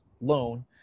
loan